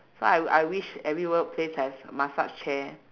so I I wish every workplace has massage chair